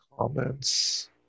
Comments